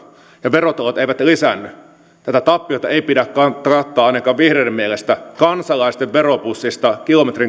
ja verotulot eivät lisäänny tätä tappiota ei pidä kattaa ainakaan vihreiden mielestä kansalaisten veropussista kilometrikorvausten kautta